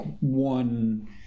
one